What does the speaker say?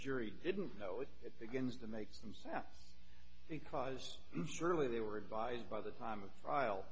jury didn't know if it begins to make some sense because surely they were advised by the time of trial